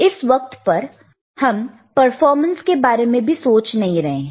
इस वक्त हम परफॉर्मेंस के बारे में भी सोच नहीं रहे हैं